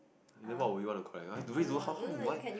you never know what you want to collect ah do they do how how will I